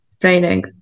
Training